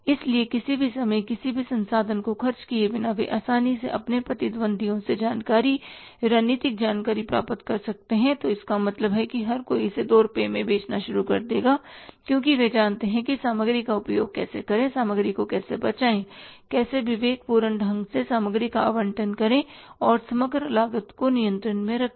इसलिए किसी भी समय किसी भी संसाधन को खर्च किए बिना वे आसानी से अपने प्रतिद्वंद्वियों से जानकारी रणनीतिक जानकारी प्राप्त कर सकते हैं तो इसका मतलब है कि हर कोई इसे 2 रुपये में बेचना शुरू कर देगा क्योंकि वे जानते हैं कि सामग्री का उपयोग कैसे करें सामग्री को कैसे बचाएँ कैसे विवेक पूर्ण ढंग से सामग्री का आवंटन करें और समग्र लागत को नियंत्रण में रखें